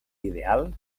ideal